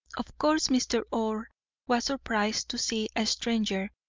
of course mr. orr was surprised to see a stranger,